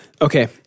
Okay